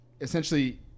essentially